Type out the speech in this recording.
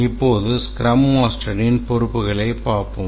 இப்போது ஸ்க்ரம் மாஸ்டரின் பொறுப்புகளைக் காண்போம்